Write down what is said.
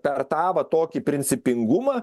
per tą va tokį principingumą